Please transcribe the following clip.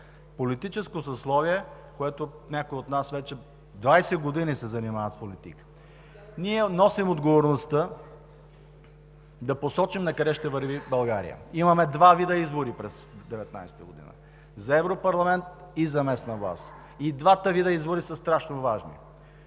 хората, в което някои от нас вече 20 години се занимават с политика. Ние носим отговорността да посочим накъде ще върви България. Имаме два вида избори през 2019 г. – за Европейски парламент и за местна власт. И двата вида избори са страшно важни.